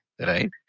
Right